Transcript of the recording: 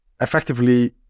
effectively